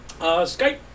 Skype